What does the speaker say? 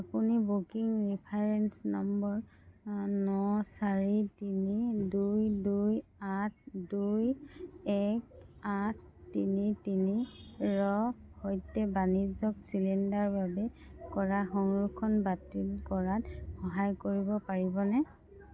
আপুনি booking reference number আ ন চাৰি তিনি দুই দুই আঠ দুই এক আঠ তিনি তিনি ৰ সৈতে বাণিজ্যিক চিলিণ্ডাৰৰ বাবে কৰা সংৰক্ষণ বাতিল কৰাত সহায় কৰিব পাৰিবনে